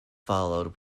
followed